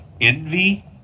envy